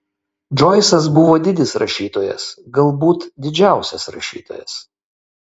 džoisas buvo didis rašytojas galbūt didžiausias rašytojas